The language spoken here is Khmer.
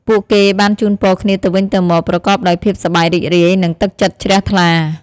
ពួកគេបានជូនពរគ្នាទៅវិញទៅមក ប្រកបដោយភាពសប្បាយរីករាយ និង ទឹកចិត្តជ្រះថ្លា។